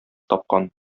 тапкан